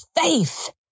faith